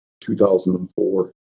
2004